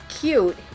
cute